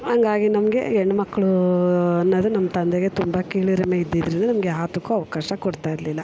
ಹಂಗಾಗಿ ನಮಗೆ ಹೆಣ್ಮಕ್ಳು ಅನ್ನೋದು ನಮ್ಮ ತಂದೆಗೆ ತುಂಬ ಕೀಳರಿಮೆ ಇದ್ದಿದ್ದರಿಂದ ನಮ್ಗೆ ಯಾವುದಕ್ಕು ಅವಕಾಶ ಕೊಡ್ತಾಯಿರ್ಲಿಲ್ಲ